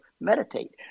meditate